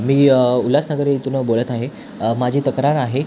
मी उल्हासनगर इथून बोलत आहे माझी तक्रार आहे